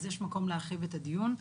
אז יש מקום להרחיב את הדיון.